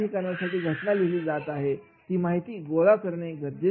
ज्या ठिकाणांसाठी घटना लिहिली जात आहे आणि माहिती गोळा केली जाते